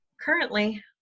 currently